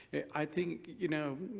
i think, you know,